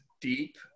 deep